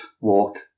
walked